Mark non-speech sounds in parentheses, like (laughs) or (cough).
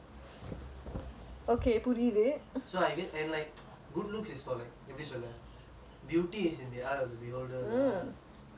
so I guess and like good looks is for like எப்படி சொல்ல:eppadi solla beauty is in the eye of the beholder lah so only if (laughs)